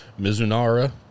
Mizunara